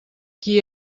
qui